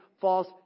false